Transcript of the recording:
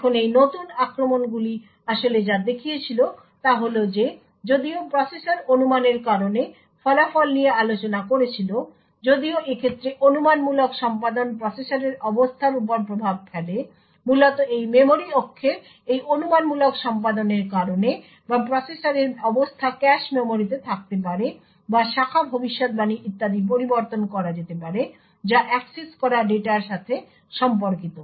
এখন এই নতুন আক্রমণগুলি আসলে যা দেখিয়েছিল তা হল যে যদিও প্রসেসর অনুমানের কারণে ফলাফল নিয়ে আলোচনা করেছিল যদিও এক্ষেত্রে অনুমানমূলক সম্পাদন প্রসেসরের অবস্থার উপর প্রভাব ফেলে মূলত এই মেমরি অক্ষের এই অনুমানমূলক সম্পাদনের কারণে বা প্রসেসরের অবস্থা ক্যাশ মেমরিতে থাকতে পারে বা শাখা ভবিষ্যদ্বাণী ইত্যাদি পরিবর্তন করা যেতে পারে যা অ্যাক্সেস করা ডেটার সাথে সম্পর্কিত